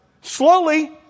slowly